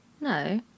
No